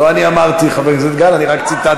לא אני אמרתי, חבר הכנסת גל, אני רק ציטטתי.